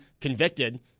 convicted